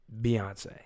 Beyonce